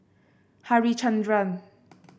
harichandra